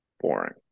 boring